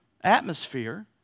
atmosphere